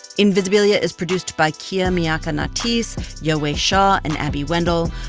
invisibilia is produced by kia miakka natisse, yowei shaw and abby wendle.